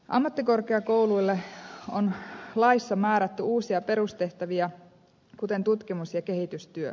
ammattikorkeakouluille on laissa määrätty uusia perustehtäviä kuten tutkimus ja kehitystyö